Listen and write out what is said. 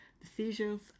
decisions